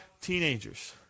teenagers